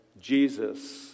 Jesus